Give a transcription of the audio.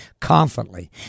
confidently